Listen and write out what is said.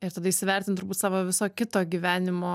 ir tada įsivertint turbūt savo viso kito gyvenimo